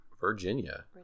Virginia